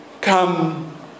come